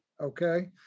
Okay